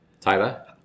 tyler